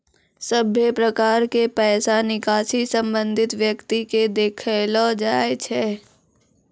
सभे प्रकार के पैसा निकासी संबंधित व्यक्ति के देखैलो जाय छै